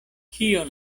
kion